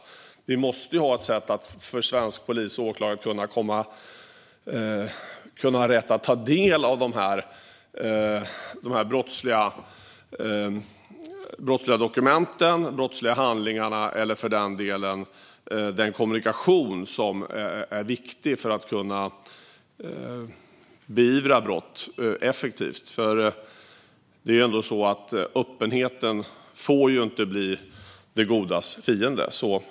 Men vi måste ha ett sätt för svensk polis och svenska åklagare att få rätt att ta del av de brottsliga dokumenten och handlingarna och, för den delen, även den kommunikation som är viktig för att kunna beivra brott effektivt. Öppenheten får inte bli det godas fiende.